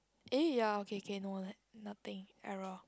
eh ya okay K no like nothing error